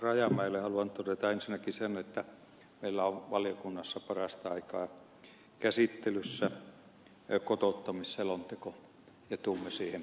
rajamäelle haluan todeta ensinnäkin sen että meillä on valiokunnassa parasta aikaa käsittelyssä kotouttamisselonteko ja tulemme siihen perusteellisesti paneutumaan